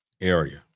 area